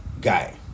guy